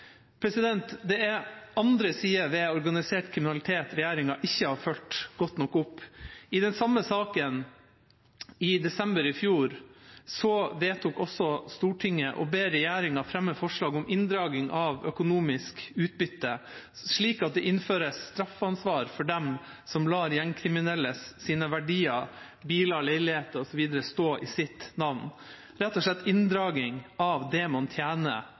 fulgt opp godt nok. I den samme saken i desember i fjor vedtok Stortinget også å be regjeringa fremme forslag om inndragning av økonomisk utbytte, slik at det innføres straffansvar for dem som lar gjengkriminelles verdier, biler, leiligheter osv., stå i sitt navn – rett og slett inndragning av det man tjener